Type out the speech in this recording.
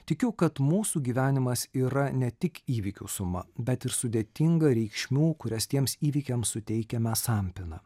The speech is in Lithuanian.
tikiu kad mūsų gyvenimas yra ne tik įvykių suma bet ir sudėtinga reikšmių kurias tiems įvykiams suteikiame sampyna